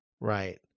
right